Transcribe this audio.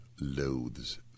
loathes